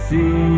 See